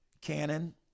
Canon